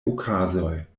okazoj